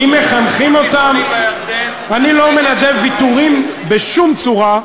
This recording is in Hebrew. אני לא מנדב ויתורים בשום צורה,